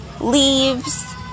leaves